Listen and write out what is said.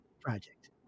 Project